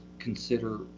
Consider